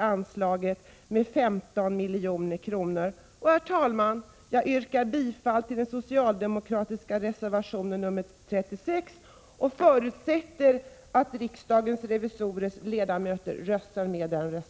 anslag med ytterligare 15 milj.kr. Herr talman! Jag yrkar bifall till den socialdemokratiska reservationen 36 och förutsätter att riksdagens revisorers ledamöter röstar med den.